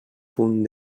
punt